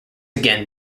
again